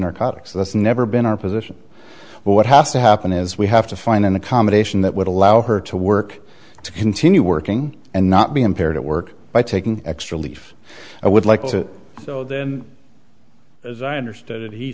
narcotics that's never been our position but what has to happen is we have to find an accommodation that would allow her to work to continue working and not be impaired at work by taking extra leaf and would like to so then as i understood it he